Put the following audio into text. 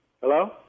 Hello